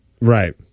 Right